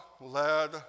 led